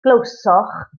glywsoch